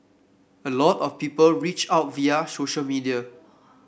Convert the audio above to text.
a lot of people reach out via social media